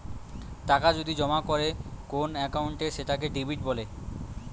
টাকা যদি জমা করে কোন একাউন্টে সেটাকে ডেবিট বলে